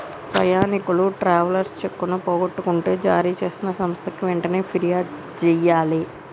ప్రయాణీకులు ట్రావెలర్స్ చెక్కులను పోగొట్టుకుంటే జారీచేసిన సంస్థకి వెంటనే పిర్యాదు జెయ్యాలే